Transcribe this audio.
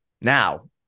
Now